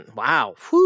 wow